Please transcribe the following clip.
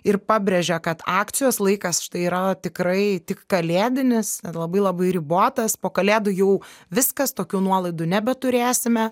ir pabrėžia kad akcijos laikas štai yra tikrai tik kalėdinis labai labai ribotas po kalėdų jau viskas tokių nuolaidų nebeturėsime